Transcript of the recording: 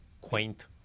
quaint